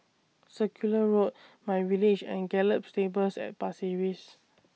Circular Road MyVillage and Gallop Stables At Pasir Ris